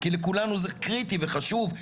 כי לכולנו זה קריטי וחשוב,